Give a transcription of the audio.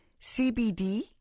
CBD